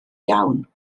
iawn